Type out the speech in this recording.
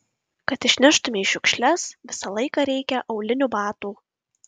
kad išneštumei šiukšles visą laiką reikia aulinių batų